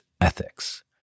ethics